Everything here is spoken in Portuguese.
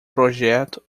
projeto